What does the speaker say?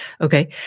Okay